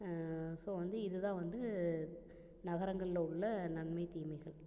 so வந்து இது தான் வந்து நகரங்களில் உள்ளே நன்மை தீமைகள்